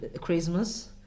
Christmas